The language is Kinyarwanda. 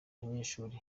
abanyeshuri